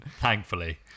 thankfully